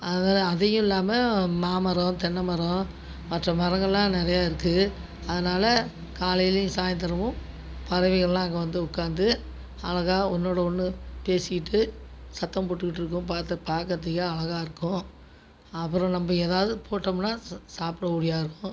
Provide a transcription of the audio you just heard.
அது அதையும் இல்லாமல் மாமரம் தென்னைமரம் மற்ற மரங்களாம் நிறைய இருக்குது அதனால் காலையிலேவும் சாய்ந்திரமும் பறவைகளாம் அங்கே வந்து உட்காந்து அழகாக ஒன்றோடு ஒன்று பேசிகிட்டு சத்தம் போட்டுகிட்டுருக்கும் பார்த்த பார்க்குறதுக்கே அழகாயிருக்கும் அப்புறம் நம்ம ஏதாவது போட்டோம்னா சா சாப்பிட ஓடியாரும்